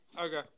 Okay